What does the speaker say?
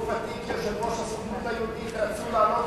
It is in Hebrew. שבתקופתי כיושב-ראש הסוכנות היהודית רצו לעלות